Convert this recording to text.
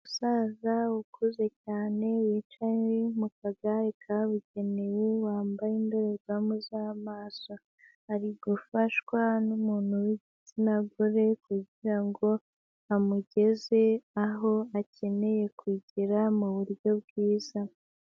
Umusaza ukuze cyane, wicaye mu kagare kabugenewe, wambaye indorerwamo z'amaso, arigufashwa n'umuntu w'igitsina gore, kugira ngo amugeze aho akeneye kugera mu buryo bwiza.